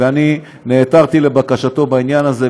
ואני נעתרתי לבקשתו בעניין הזה,